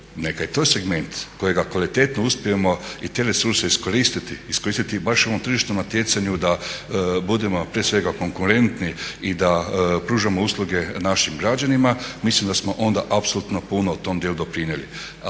je i to segment kojega kvalitetno uspijemo i htjeli su se iskoristiti, iskoristiti baš u ovom tržišnom natjecanju da budemo prije svega konkurentni i da pružamo usluge našim građanima mislim da smo onda apsolutno puno tom dijelu doprinijeli,